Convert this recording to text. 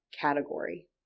category